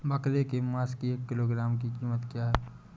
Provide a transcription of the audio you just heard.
बकरे के मांस की एक किलोग्राम की कीमत क्या है?